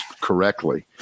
correctly